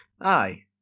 Aye